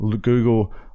Google